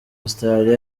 australia